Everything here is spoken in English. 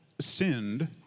sinned